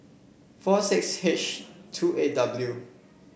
four six H two eight W